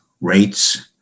rates